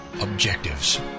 objectives